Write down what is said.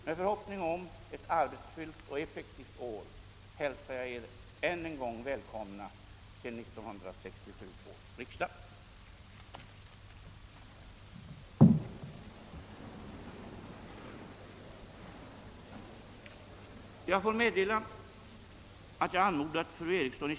Med förhoppning om ett arbetsfyllt och effektivt år hälsar jag er än en gång välkomna till 1967 års riksdag.